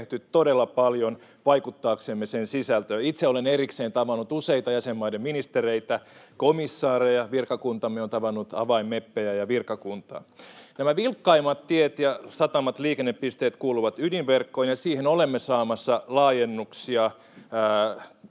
on tehty todella paljon vaikuttaaksemme sen sisältöön. Itse olen erikseen tavannut useita jäsenmaiden ministereitä, komissaareja, virkakuntamme on tavannut avainmeppejä ja virkakuntaa. Vilkkaimmat tiet ja satamat, liikennepisteet, kuuluvat ydinverkkoon, ja siihen olemme saamassa laajennuksia.